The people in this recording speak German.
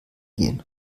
gehen